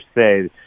say